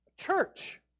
church